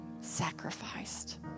sacrificed